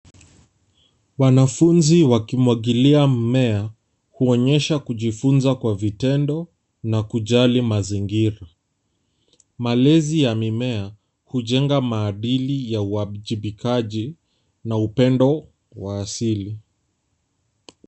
Wanafunzi wakimwangilia mmea kuonyesha kujifunza kwa vitendo na kujali mazingira. Malezi ya mimea hujenga maadili ya uwajibikaji na upendo wa asili.